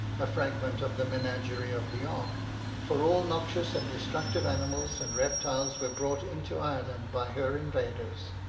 a fragment of the menagerie of the ark for all noxious and destructive animals and reptiles were brought into ireland by her invaders.